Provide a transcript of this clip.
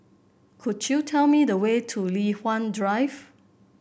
could you tell me the way to Li Hwan Drive